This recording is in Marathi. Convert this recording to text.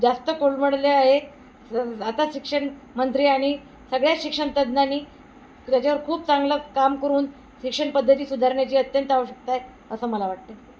जास्त कोडमडले आहे आता शिक्षण मंत्री आणि सगळ्या शिक्षण तज्ज्ञांनी त्याच्यावर खूप चांगलं काम करून शिक्षण पद्धती सुधारण्याची अत्यंत आवश्यकता आहे असं मला वाटते